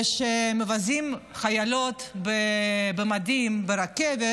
כשמבזים חיילות במדים ברכבת,